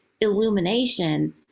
illumination